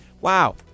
wow